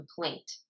complaint